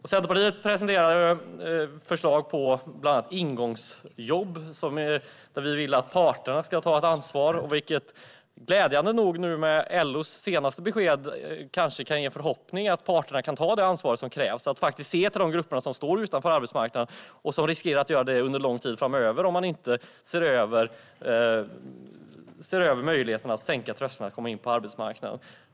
Centerpartiet presenterar förslag på bland annat ingångsjobb, där vi vill att parterna ska ta ett ansvar. Glädjande nog kan LO:s senaste besked kanske ge förhoppning om att parterna kan ta det ansvar som krävs och faktiskt se till de grupper som står utanför arbetsmarknaden och riskerar att göra det under lång tid framöver om man inte ser över möjligheten att sänka trösklarna för att komma in på arbetsmarknaden.